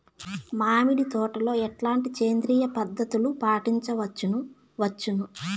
మామిడి తోటలో ఎట్లాంటి సేంద్రియ పద్ధతులు పాటించవచ్చును వచ్చును?